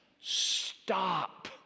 Stop